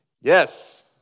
Yes